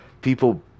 people